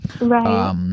Right